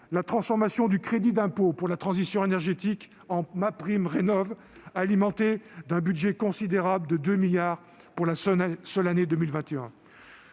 la transformation du crédit d'impôt pour la transition énergétique en une aide, « MaPrimeRénov' », alimentée d'un budget considérable de 2 milliards d'euros pour la seule année 2021.